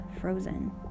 frozen